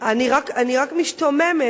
אני רק משתוממת,